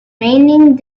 raining